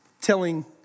telling